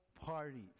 parties